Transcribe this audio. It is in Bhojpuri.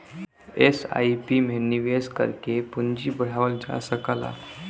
एस.आई.पी में निवेश करके पूंजी बढ़ावल जा सकला